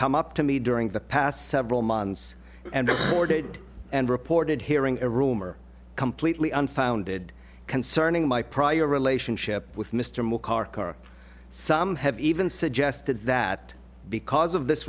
come up to me during the past several months and ordered and reported hearing a rumor completely unfounded concerning my prior relationship with mr mccarthy car some have even suggested that because of this